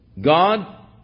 God